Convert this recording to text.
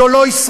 זו לא ישראל,